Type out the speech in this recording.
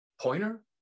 Pointer